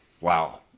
Wow